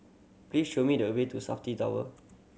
please show me the way to Safti Tower